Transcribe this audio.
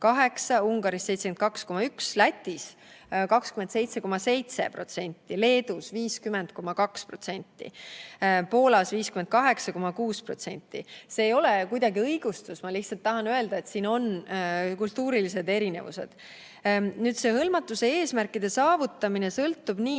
Ungaris 72,1%, Lätis 27,7%, Leedus 50,2% ja Poolas 58,6%. See ei ole kuidagi õigustus, vaid ma lihtsalt tahan öelda, et siin on kultuurilised erinevused. Hõlmatuse eesmärkide saavutamine sõltub nii